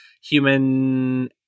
Human